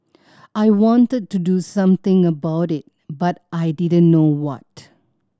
I wanted to do something about it but I didn't know what